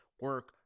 Work